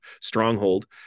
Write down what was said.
stronghold